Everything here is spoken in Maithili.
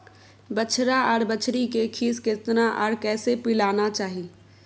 बछरा आर बछरी के खीस केतना आर कैसे पिलाना चाही?